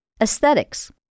Aesthetics